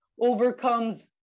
overcomes